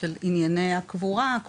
ענייני הקבורה.